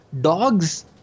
dogs